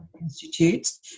institutes